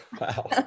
wow